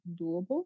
doable